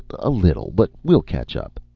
a little. but we'll catch up.